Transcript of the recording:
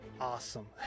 awesome